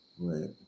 Right